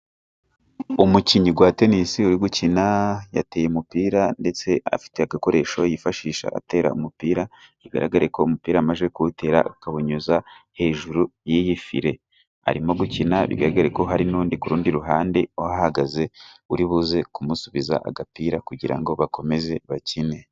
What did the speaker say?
Umukinnyi wa Tennis uri gukina yateye umupira, ndetse afite agakoresho yifashisha atera umupira. Bigaragara ko umupira amaze kuwutera akawunyuza hejuru y’iyi fire. Arimo gukina, bigaragara ko hari n’undi ku rundi ruhande uhahagaze, uribuze kumusubiza agapira kugira ngo bakomeze bakine.